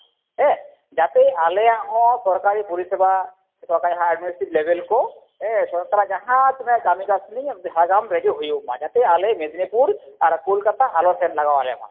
ᱡᱟᱛᱮ ᱟᱞᱮᱭᱟᱜ ᱦᱚᱸ ᱥᱚᱨᱠᱟᱨᱤ ᱯᱚᱨᱤᱥᱮᱵᱟ ᱥᱚᱨᱠᱟᱨᱤ ᱡᱟᱦᱟᱸ ᱮᱰᱢᱤᱱᱤᱥᱴᱨᱮᱴᱤᱵᱷ ᱞᱮᱵᱮᱞ ᱠᱚ ᱥᱚᱨᱟᱠᱟᱨᱟᱜ ᱡᱟᱦᱟᱸ ᱛᱤᱱᱟᱹᱜ ᱠᱟᱹᱢᱤ ᱠᱟᱹᱥᱱᱤ ᱡᱷᱟᱲᱜᱨᱟᱢ ᱨᱮᱜᱮ ᱦᱩᱭᱩᱜ ᱢᱟ ᱡᱟᱛᱮ ᱟᱞᱮ ᱢᱮᱫᱽᱱᱤᱯᱩᱨ ᱟᱨ ᱠᱳᱞᱠᱟᱛᱟ ᱟᱞᱚ ᱥᱮᱱ ᱞᱟᱜᱟᱣᱣᱞᱮᱢᱟ